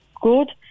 good